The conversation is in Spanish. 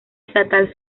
estatal